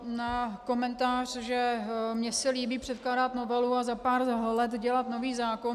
Na komentář, že mně se líbí předkládat novelu a za pár let dělat nový zákon.